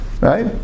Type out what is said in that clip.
Right